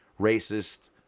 racist